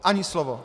Ani slovo.